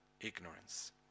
ignorance